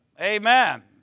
Amen